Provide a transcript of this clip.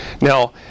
Now